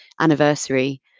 anniversary